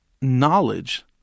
knowledge